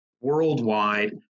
worldwide